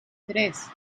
tres